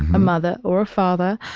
a mother or a father.